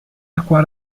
acqua